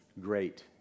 great